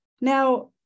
Now